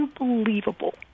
unbelievable